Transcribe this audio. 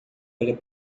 olha